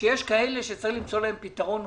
שיש כאלה שצריך למצוא להם פתרון נוסף.